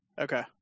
Okay